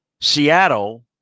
Seattle